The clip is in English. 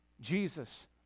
Jesus